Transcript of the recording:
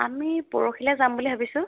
আমি পৰহিলৈ যাম বুলি ভাবিছোঁ